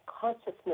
consciousness